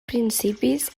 principis